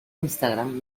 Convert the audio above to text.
instagram